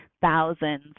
thousands